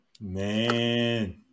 Man